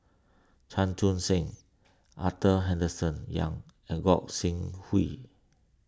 Chan Chun Sing Arthur Henderson Young and Gog Sing Hooi